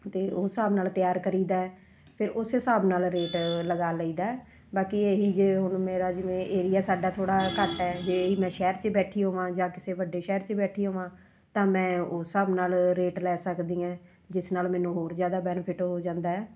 ਤਾਂ ਉਸ ਹਿਸਾਬ ਨਾਲ ਤਿਆਰ ਕਰੀਦਾ ਹੈ ਫਿਰ ਉਸ ਹਿਸਾਬ ਨਾਲ ਰੇਟ ਲਗਾ ਲਈਦਾ ਹੈ ਬਾਕੀ ਇਹ ਹੀ ਜੇ ਹੁਣ ਮੇਰਾ ਜਿਵੇਂ ਏਰੀਆ ਸਾਡਾ ਥੋੜ੍ਹਾ ਘੱਟ ਹੈ ਜੇ ਇਹ ਹੀ ਮੈਂ ਸ਼ਹਿਰ 'ਚ ਬੈਠੀ ਹੋਵਾਂ ਜਾਂ ਕਿਸੇ ਵੱਡੇ ਸ਼ਹਿਰ 'ਚ ਬੈਠੀ ਹੋਵਾਂ ਤਾਂ ਮੈਂ ਉਸ ਹਿਸਾਬ ਨਾਲ ਰੇਟ ਲੈ ਸਕਦੀ ਹਾਂ ਜਿਸ ਨਾਲ ਮੈਨੂੰ ਹੋਰ ਜ਼ਿਆਦਾ ਬੈਨੀਫਿਟ ਹੋ ਜਾਂਦਾ ਹੈ